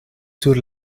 sur